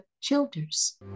Childers